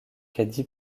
cady